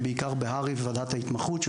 בעיקר בהר"י וועדת ההתמחות,